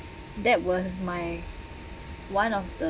that was my one of the